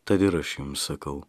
tad ir aš jums sakau